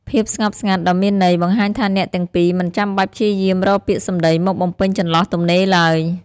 ភាពស្ងប់ស្ងាត់ដ៏មានន័យ បង្ហាញថាអ្នកទាំងពីរមិនចាំបាច់ព្យាយាមរកពាក្យសម្ដីមកបំពេញចន្លោះទំនេរឡើយ។